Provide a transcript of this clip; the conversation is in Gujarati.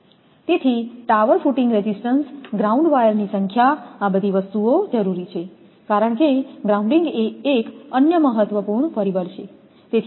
તેથી ટાવર ફુટિંગ રેઝિસ્ટન્સ ગ્રાઉન્ડ વાયરની સંખ્યા આ બધી વસ્તુઓ જરૂરી છે કારણ કે ગ્રાઉન્ડિંગ એ એક અન્ય મહત્વપૂર્ણ પરિબળ છે